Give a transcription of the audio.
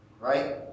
right